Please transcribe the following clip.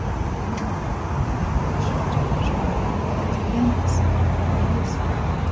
mano nuomone todėl kad iki šiol čia dažniau dėkoja klientas o ne jis